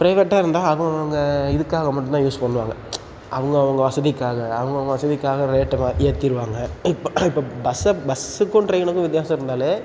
ப்ரைவேட்டாக இருந்தால் அவுங்கவங்க இதுக்காக மட்டுந்தான் யூஸ் பண்ணுவாங்க அவுங்கவங்க வசதிக்காக அவுங்கவங்க வசதிக்காக ரேட்டெல்லாம் ஏற்றிருவாங்க இப்போ இப்போ பஸ்ஸை பஸ்ஸுக்கும் ட்ரெயினுக்கும் வித்தியாசம் இருந்தாலே